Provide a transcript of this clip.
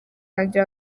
wanjye